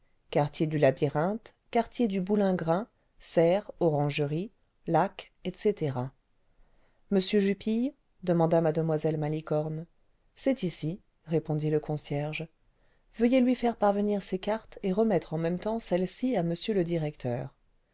quartier du labyrinthe quartier du boulingrin serre orangerie lac etc m jupille demanda m malicorne c'est ici répondit le concierge veuillez lui faire parvenir ces cartes et remettre en même temps celles-ci à m le directeur